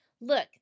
Look